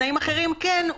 בתנאים אחרים כן,